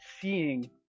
seeing